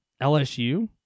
LSU